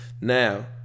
now